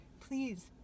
please